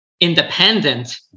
independent